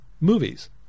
movies